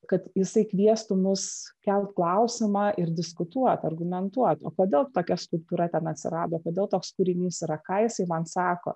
kad jisai kviestų mus kelt klausimą ir diskutuot argumentuot kodėl tokia skulptūra ten atsirado kodėl toks kūrinys yra ką jisai man sako